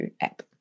app